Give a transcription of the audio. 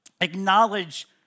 acknowledge